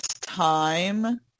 time